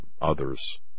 others